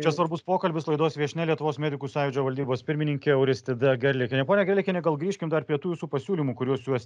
čia svarbus pokalbis laidos viešnia lietuvos medikų sąjūdžio valdybos pirmininkė auristida gerliakienė pone gerliakiene gal grįžkim dar prei tų jūsų pasiūlymų kuriuos juos